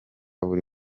buri